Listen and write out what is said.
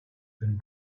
than